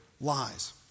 lies